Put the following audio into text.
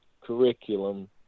curriculum